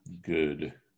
good